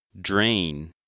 Drain